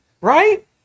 right